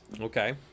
okay